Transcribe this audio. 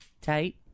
Tight